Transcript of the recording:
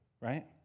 right